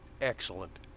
excellent